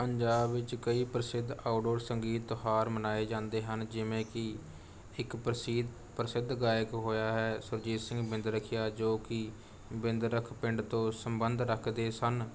ਪੰਜਾਬ ਵਿੱਚ ਕਈ ਪ੍ਰਸਿੱਧ ਆਊਟਡੋਰ ਸੰਗੀਤ ਤਿਉਹਾਰ ਮਨਾਏ ਜਾਂਦੇ ਹਨ ਜਿਵੇਂ ਕਿ ਇੱਕ ਪ੍ਰਸਿੱਧ ਪ੍ਰਸਿੱਧ ਗਾਇਕ ਹੋਇਆ ਹੈ ਸੁਰਜੀਤ ਸਿੰਘ ਬਿੰਦਰਖੀਆ ਜੋ ਕੀ ਬਿੰਦਰਖ ਪਿੰਡ ਤੋਂ ਸੰਬੰਧ ਰੱਖਦੇ ਸਨ